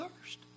thirst